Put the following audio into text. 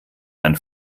dein